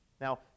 Now